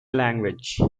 language